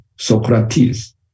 Socrates